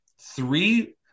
Three